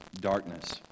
darkness